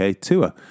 tour